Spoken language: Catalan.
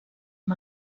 amb